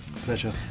pleasure